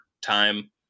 time